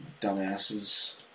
Dumbasses